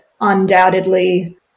undoubtedly